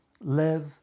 live